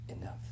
enough